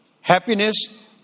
happiness